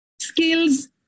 skills